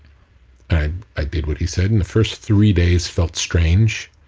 and i did what he said, in the first three days felt strange,